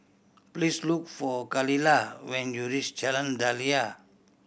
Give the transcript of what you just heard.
please look for Khalilah when you reach Jalan Daliah